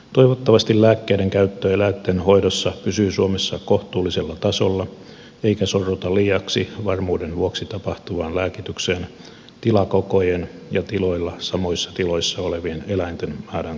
toivottavasti lääkkeiden käyttö eläintenhoidossa pysyy suomessa kohtuullisella tasolla eikä sorruta liiaksi varmuuden vuoksi tapahtuvaan lääkitykseen tilakokojen ja tiloilla samoissa tiloissa olevien eläinten määrän kasvaessa